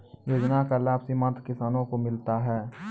योजना का लाभ सीमांत किसानों को मिलता हैं?